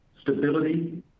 stability